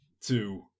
two